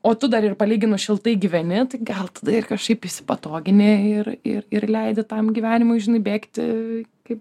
o tu dar ir palyginus šiltai gyveni tai gal tada ir šiaip įsipatogini ir ir ir leidi tam gyvenimui žinai bėgti kaip